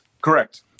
Correct